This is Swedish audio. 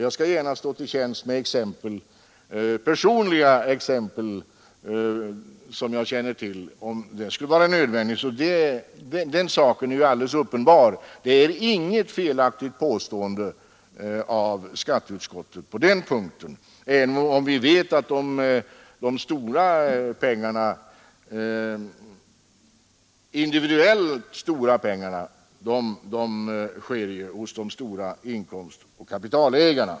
Jag skall gärna stå till tjänst med exempel som jag personligen känner till, om det skulle vara nödvändigt. Saken är alldeles uppenbar: skatteutskottets påstående på den punkten är inte felaktigt, även om vi vet att de stora pengarna undanhålls av dem med höga inkomster och stora kapital.